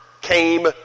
came